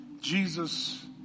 Jesus